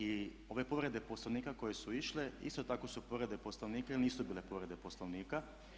I ove povrede Poslovnika koje su išle isto tako su povrede Poslovnika jer nisu bile povrede Poslovnika.